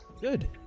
Good